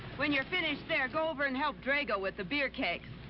when you're finished there, go over and help drago with the beer kegs.